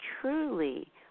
truly